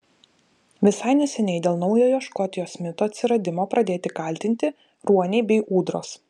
visai neseniai dėl naujojo škotijos mito atsiradimo pradėti kaltinti ruoniai bei ūdros